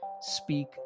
speak